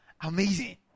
Amazing